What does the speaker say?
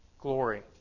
Glory